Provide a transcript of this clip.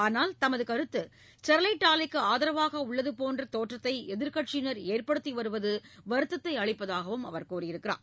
ஆனால் தமது கருத்து ஸ்டெர்வைட் ஆலைக்கு ஆதரவாக உள்ளது போன்ற தோற்றத்தை எதிர்க்கட்சியினர் ஏற்படுத்தி வருவது வருத்தத்தை அளிப்பதாகவும் அவர் கூறினார்